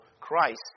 Christ